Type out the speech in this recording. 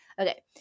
Okay